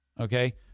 okay